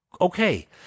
okay